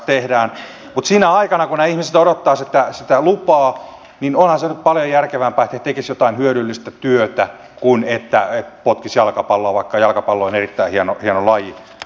mutta sinä aikana kun nämä ihmiset odottavat sitä lupaa onhan se nyt paljon järkevämpää että he tekisivät jotain hyödyllistä työtä kuin potkisivat jalkapalloa vaikka jalkapallo on erittäin hieno laji